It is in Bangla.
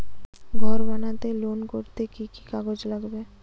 ঘর বানাতে লোন করতে কি কি কাগজ লাগবে?